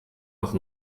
nach